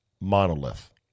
monolith